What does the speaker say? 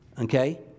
Okay